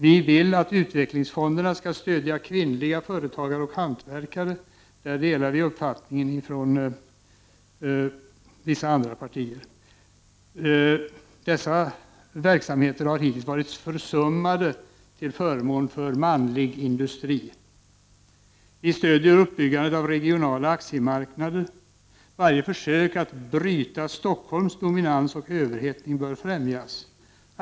Vi vill att utvecklingsfonderna skall stödja kvinnliga företagare och hantverkare som hittills har varit försummade till förmån för manlig industri. På den punkten delar vi alltså vissa andra partiers uppfattning. Vi stöder uppbyggandet av regionala aktiemarknader. Varje försök att bryta Stockholms dominans och överhettning bör främjas.